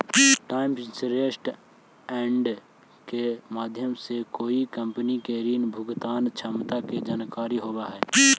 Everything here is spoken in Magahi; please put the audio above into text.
टाइम्स इंटरेस्ट अर्न्ड के माध्यम से कोई कंपनी के ऋण भुगतान क्षमता के जानकारी होवऽ हई